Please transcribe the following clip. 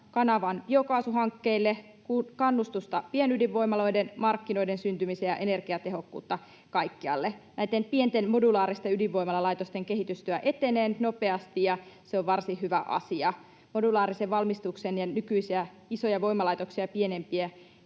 pikakanavan biokaasuhankkeille, kannustusta pienydinvoimaloiden markkinoiden syntymiseen ja energiatehokkuutta kaikkialle. Näitten pienten modulaaristen ydinvoimalalaitosten kehitystyö etenee nyt nopeasti, ja se on varsin hyvä asia. Modulaarisen valmistuksen ja nykyisiä isoja voimalaitoksia kooltaan